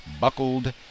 buckled